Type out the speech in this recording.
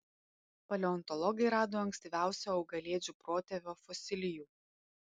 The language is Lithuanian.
paleontologai rado ankstyviausio augalėdžių protėvio fosilijų